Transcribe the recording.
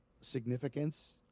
significance